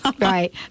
Right